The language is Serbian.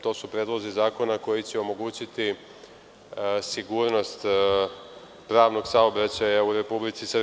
To su predlozi zakona koji će omogućiti sigurnost pravnog saobraćaja u RS.